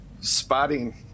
spotting